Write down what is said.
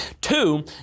Two